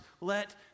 let